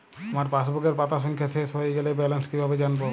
আমার পাসবুকের পাতা সংখ্যা শেষ হয়ে গেলে ব্যালেন্স কীভাবে জানব?